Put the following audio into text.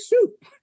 soup